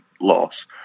loss